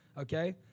okay